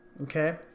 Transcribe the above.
Okay